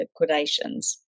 liquidations